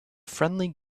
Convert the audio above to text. friendly